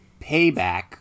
Payback